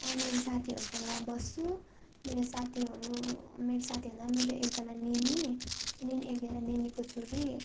अँ मेरो साथीहरूसँग बस्छु मेरो साथीहरू मेरो साथी भन्दा पनि मेरो एकजना निनी अनि एकजना निनीको छोरी